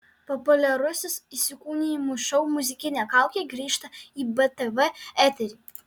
populiarusis įsikūnijimų šou muzikinė kaukė grįžta į btv eterį